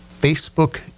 Facebook